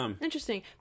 Interesting